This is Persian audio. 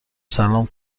سلام